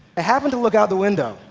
happened to look out the window,